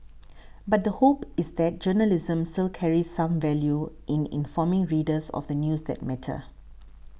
but the hope is that journalism still carries some value in informing readers of the news that matter